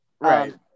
right